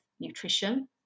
nutrition